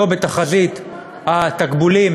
לא בתחזית התקבולים